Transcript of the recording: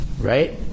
Right